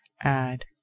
add